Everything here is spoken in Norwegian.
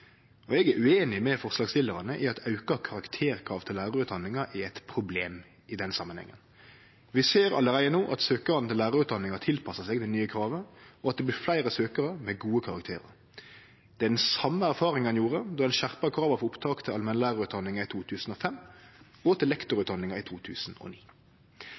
Eg er ueinig med forslagsstillarane i at auka karakterkrav til lærarutdanninga er eit problem i den samanhengen. Vi ser allereie no at søkjarane til lærarutdanninga tilpassar seg det nye kravet, og at det blir fleire søkjarar med gode karakterar. Det er den same erfaringa ein gjorde då ein skjerpa krava til opptak til allmennlærarutdanninga i 2005 og til lektorutdanninga i 2009.